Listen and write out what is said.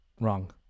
Wrong